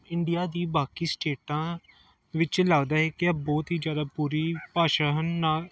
India ਦੀ ਬਾਕੀ ਸਟੇਟਾਂ ਵਿੱਚ ਲੱਗਦਾ ਹੈ ਕਿ ਬਹੁਤ ਹੀ ਜ਼ਿਆਦਾ ਬੁਰੀ ਭਾਸ਼ਾ ਹਨ ਨਾ